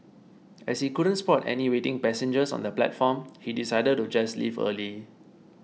as he couldn't spot any waiting passengers on the platform he decided to just leave early